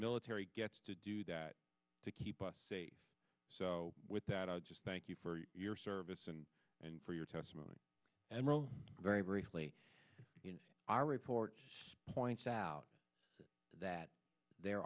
military gets to do that to keep us safe so with that i just thank you for your service and and for your testimony and very very you know our report points out that there